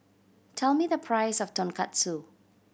tell me the price of Tonkatsu